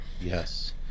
yes